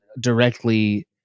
directly